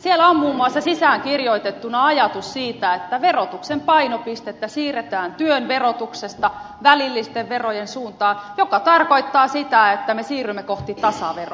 siellä on muun muassa sisäänkirjoitettuna ajatus siitä että verotuksen painopistettä siirretään työn verotuksesta välillisten verojen suuntaan mikä tarkoittaa sitä että me siirrymme kohti tasaveroa